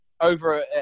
over